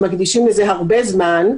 שמקדישים לזה הרבה זמן,